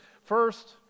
First